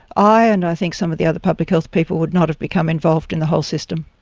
i and i think some of the other public health people would not have become involved in the whole system.